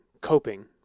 coping